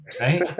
Right